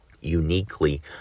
uniquely